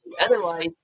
Otherwise